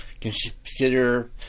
Consider